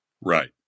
Right